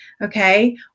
Okay